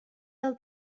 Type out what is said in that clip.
del